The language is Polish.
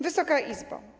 Wysoka Izbo!